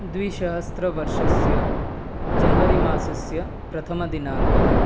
द्विशहस्रवर्षस्य जन्वरि मासस्य प्रथमदिनाङ्कः